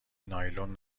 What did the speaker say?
نایلون